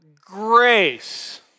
grace